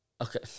Okay